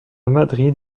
madrid